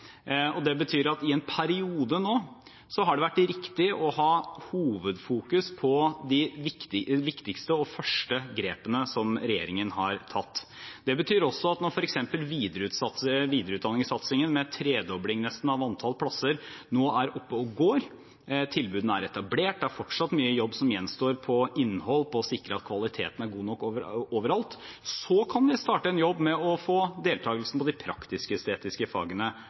Det betyr at i en periode nå har det vært riktig hovedsakelig å fokusere på de viktigste og første grepene som regjeringen har tatt. Det betyr også at når f.eks. videreutdanningssatsingen med nesten en tredobling av antall plasser nå er oppe og går – tilbudene er etablert; det er fortsatt mye jobb som gjenstår med innhold og med å sikre at kvaliteten er god nok overalt – så kan vi starte en jobb med å få deltagelsen på de praktisk-estetiske fagene